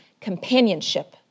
companionship